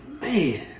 man